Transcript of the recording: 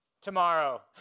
tomorrow